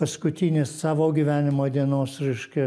paskutinės savo gyvenimo dienos reiškia